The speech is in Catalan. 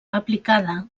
aplicada